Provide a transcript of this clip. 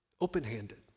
open-handed